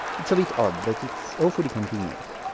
it's a bit odd, but it's awfully convenient.